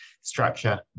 structure